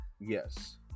Yes